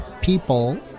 people